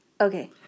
Okay